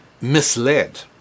misled